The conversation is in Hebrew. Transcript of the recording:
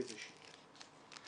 איזה שהיא,